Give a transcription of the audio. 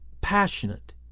passionate